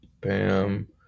Bam